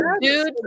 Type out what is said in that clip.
dude